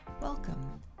welcome